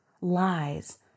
lies